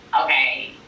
okay